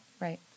Right